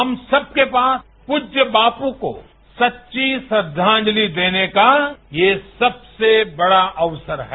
हम सबके पास पूज्य बापू को सच्ची श्रद्दांजलि देने का ये सबसे बड़ा अक्सर है